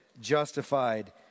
justified